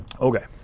Okay